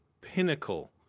pinnacle